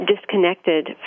disconnected